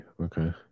Okay